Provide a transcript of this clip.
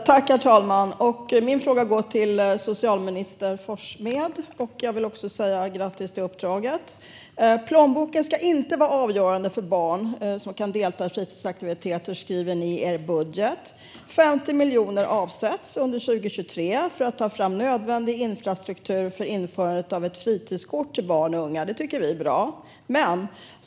Herr talman! Min fråga går till socialminister Forssmed, och jag vill också säga grattis till uppdraget. Plånboken ska inte vara avgörande för att barn ska kunna delta i fritidsaktiviteter, skriver ni i er budget. Under 2023 avsätts 50 miljoner för att ta fram nödvändig infrastruktur för införandet av ett fritidskort för barn och unga. Det tycker vi är bra.